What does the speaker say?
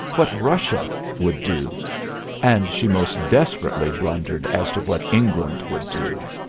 what russia would do and she most desperately blundered as to what england would do.